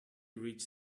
reach